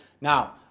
Now